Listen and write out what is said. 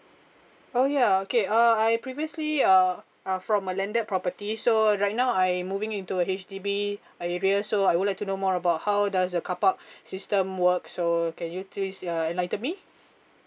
oh ya okay uh I previously uh uh from a landed property so uh right now I moving into a H_D_B area so I would like to know more about how does the car park system work so can you please uh enlighten me